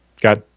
got